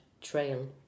trail